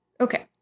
Okay